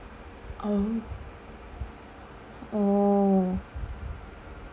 oh oh